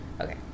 Okay